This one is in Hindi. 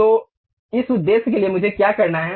तो इस उद्देश्य के लिए मुझे क्या करना है